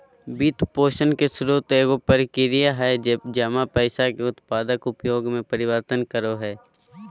वित्तपोषण के स्रोत एगो प्रक्रिया हइ जे जमा पैसा के उत्पादक उपयोग में परिवर्तन करो हइ